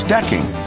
Decking